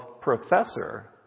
professor